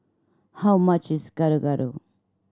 how much is Gado Gado